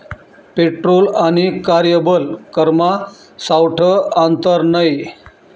petrol आणि कार्यबल करमा सावठं आंतर नै